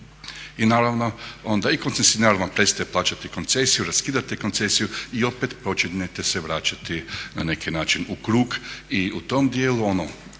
I naravno onda i koncesionar vam prestaje plaćati koncesiju, raskidate koncesiju i opet počinjete se vraćati na neki način u krug i u tom dijelu i